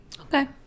okay